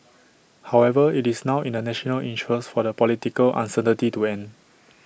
however IT is now in the national interest for the political uncertainty to end